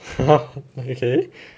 okay